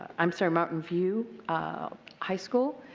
i'm sorry, mountain view high school.